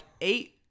eight